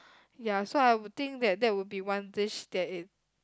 ya so I would think that that would be one dish that it